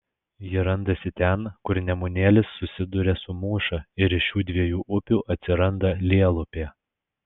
ji randasi ten kur nemunėlis susiduria su mūša ir iš šių dviejų upių atsiranda lielupė